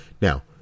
Now